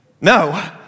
No